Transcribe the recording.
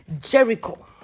Jericho